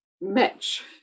match